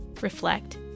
reflect